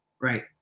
right